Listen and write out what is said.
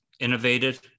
innovated